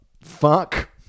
fuck